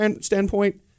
standpoint